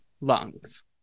lungs